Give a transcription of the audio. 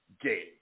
game